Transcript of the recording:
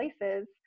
places